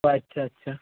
ও আচ্ছা আচ্ছা